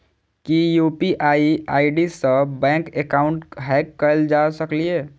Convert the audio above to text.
की UPI ID सऽ bank account hack कैल जा सकलिये?